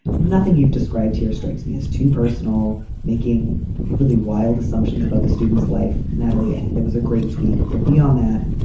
nothing you've described here strikes me as too personal, making really wild assumptions about the student's life. natalie, i think that was a great tweak. but beyond that,